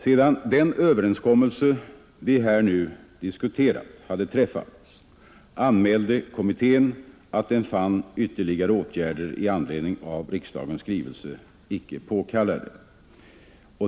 Sedan den överenskommelse vi nu diskuterar hade träffats anmälde kommittén att den fann ytterligare åtgärder med anledning av riksdagens skrivelse icke påkallade.